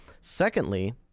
Secondly